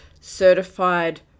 certified